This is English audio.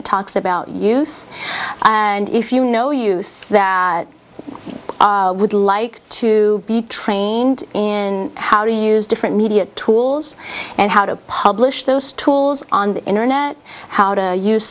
it talks about use and if you know use that i would like to be trained in how to use different media tools and how to publish those tools on the internet how to use